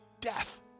death